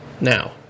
now